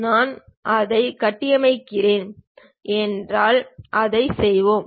நாங்கள் அதை கட்டமைக்கிறோம் என்றால் அதை செய்வோம்